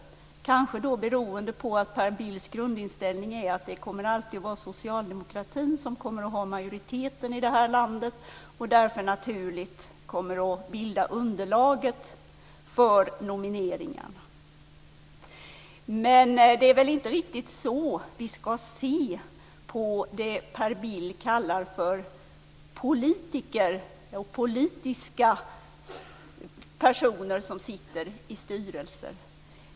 Det kanske beror på att Per Bills grundinställning är att det alltid kommer att vara socialdemokratin som kommer att ha majoriteten i det här landet och därför naturligt kommer att bilda underlaget för nomineringarna. Men det är väl inte riktigt så vi ska se på det Per Bill kallar för politiska personer i styrelser.